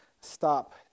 stop